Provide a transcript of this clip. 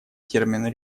термин